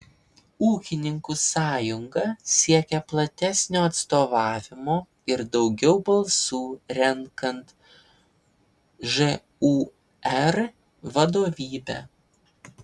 ūkininkų sąjunga siekia platesnio atstovavimo ir daugiau balsų renkant žūr vadovybę